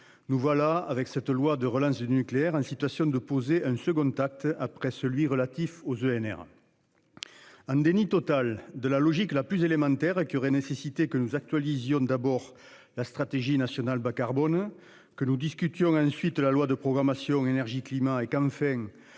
nous voilà avec cette loi de relance du nucléaire, situation de poser un second acte après celui relatif aux ENR. Un déni total de la logique la plus élémentaire et qui aurait nécessité que nous actualisons d'abord la stratégie nationale bas-carbone que nous discutions ensuite la loi de programmation énergie climat et comme. En